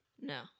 No